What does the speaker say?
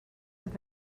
have